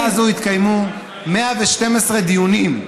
בוועדה הזאת התקיימו 112 דיונים,